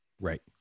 Right